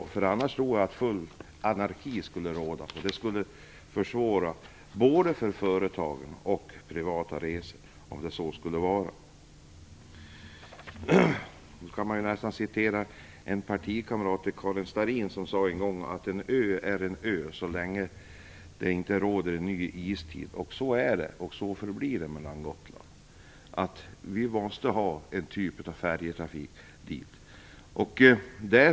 Annars skulle, tror jag, full anarki råda, och det skulle försvåra både för företagsoch för privatresandet. Jag vill hänvisa till en partikamrat till Karin Starrin som en gång sade att en ö är en ö, fram till dess att vi får en ny istid. Det är och förblir så att vi måste ha en färjetrafik på Gotland.